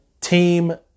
team